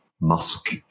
Musk